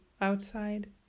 outside